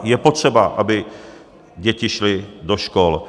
Je potřeba, aby děti šly do škol.